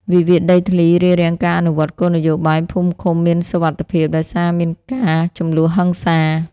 វិវាទដីធ្លីរារាំងការអនុវត្តគោលនយោបាយភូមិឃុំមានសុវត្ថិភាព ដោយសារមានការជម្លោះហិង្សា។